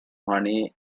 honey